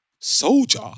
soldier